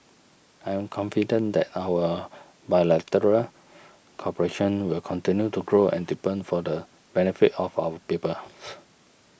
I am confident that our bilateral cooperation will continue to grow and deepen for the benefit of our peoples